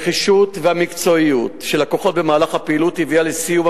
הנחישות והמקצועיות של הכוחות במהלך הפעילות הביאה לסיום